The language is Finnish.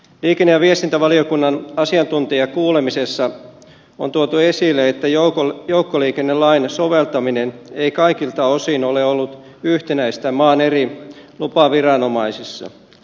liikenne ja viestintävaliokunnan asiantuntijakuulemisessa on tuotu esille että joukkoliikennelain soveltaminen ei kaikilta osin ole ollut yhtenäistä maan eri lupaviranomaisissa